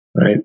Right